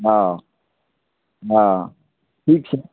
हँ हँ ठीक छै